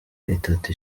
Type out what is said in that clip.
itatu